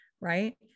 right